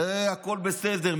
זה בסדר.